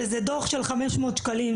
וזה דוח של 500 שקלים.